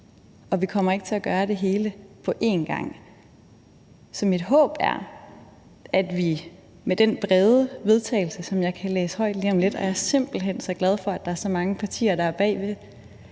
og vi kommer ikke til at gøre det hele på en gang. Så mit håb er, at vi med det brede forslag til vedtagelse, som jeg kan læse højt lige om lidt – og jeg er simpelt hen så glad for, at der er så mange partier, der er bag